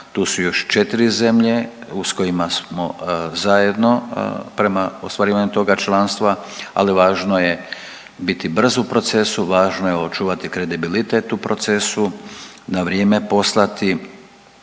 tu su još 4 zemlje uz kojima smo zajedno prema ostvarivanju toga članstva, ali važno je biti brz u procesu, važno je očuvati kredibilitet u procesu, na vrijeme poslati